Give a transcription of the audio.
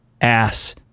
ass